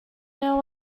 know